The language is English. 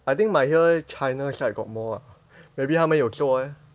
I think my here china side got more ah maybe 他们有做 eh